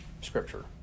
Scripture